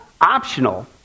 optional